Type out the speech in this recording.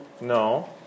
No